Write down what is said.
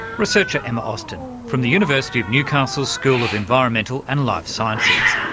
researcher, emma austin from the university of newcastle's school of environmental and life sciences.